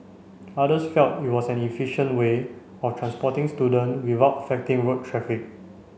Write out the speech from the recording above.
others felt it was an efficient way of transporting student without affecting road traffic